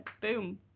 boom